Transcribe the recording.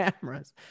cameras